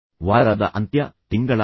ವಾರದ ಅಂತ್ಯ ತಿಂಗಳ ಅಂತ್ಯ